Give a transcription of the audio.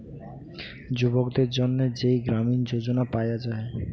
যুবকদের জন্যে যেই গ্রামীণ যোজনা পায়া যায়